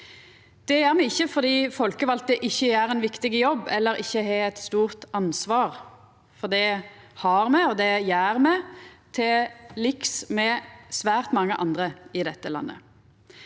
Det gjer me ikkje fordi folkevalde ikkje gjer ein viktig jobb, eller ikkje har eit stort ansvar, for det gjer me, og det har me, til liks med svært mange andre i dette landet.